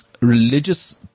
Religious